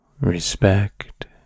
respect